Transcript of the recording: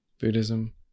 Buddhism